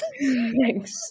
Thanks